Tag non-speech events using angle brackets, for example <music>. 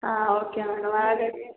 ಹಾಂ ಓಕೆ <unintelligible> ಹಾಗಾಗಿ